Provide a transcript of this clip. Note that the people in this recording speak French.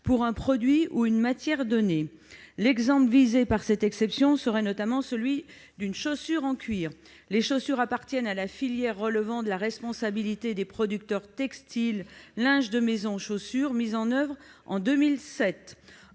pour un produit ou une matière donnée. C'est le cas notamment des chaussures en cuir. Les chaussures appartiennent à la filière relevant de la responsabilité des producteurs textile, linge de maison et chaussures, mise en oeuvre en 2007.